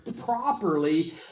properly